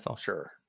sure